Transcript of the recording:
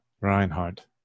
Reinhardt